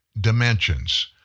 dimensions